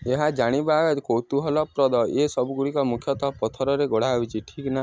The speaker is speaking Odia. ଏହା ଜାଣିବା କୌତୁହଳପ୍ରଦ ଏ ସବୁଗୁଡ଼ିକ ମୁଖ୍ୟତଃ ପଥରରେ ଗଢ଼ାହୋଇଛି ଠିକ୍ ନା